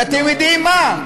ואתם יודעים מה?